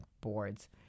boards